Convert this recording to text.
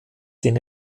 den